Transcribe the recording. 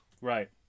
Right